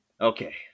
okay